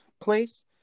place